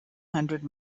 hundred